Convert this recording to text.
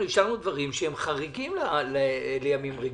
דברים שהם חריגים לימים רגילים.